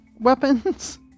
weapons